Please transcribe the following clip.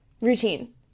routine